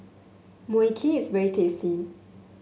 Mui Kee is very tasty